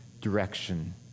direction